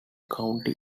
county